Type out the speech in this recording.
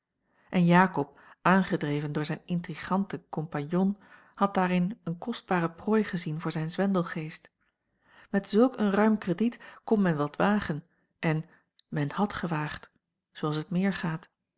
en jakob aangedreven door zijn intriganten compagnon had daarin eene kostbare prooi gezien voor zijn zwendelgeest met zulk een ruim krediet kon men wat wagen en men had gewaagd zooals het meer gaat